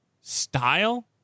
style